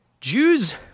Jews